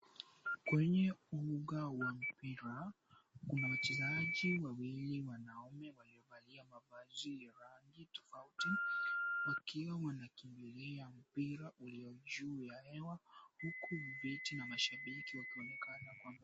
Kwenye uga wa mpira kuna wachezaji wawili wanaume waluovalia mavazi ya rangi tofauti wakiwa wanakimbilia mpira ulio juu ya hewa huku viti na mashabiki wakionekana kwa mbali.